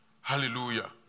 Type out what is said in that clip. Hallelujah